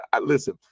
listen